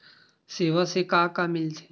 सेवा से का का मिलथे?